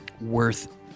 worth